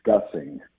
discussing